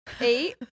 eight